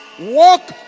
walk